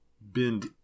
bend